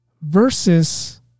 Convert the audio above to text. versus